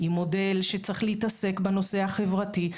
עם מודל שצריך להתעסק בנושא החברתי,